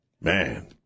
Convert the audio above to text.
Man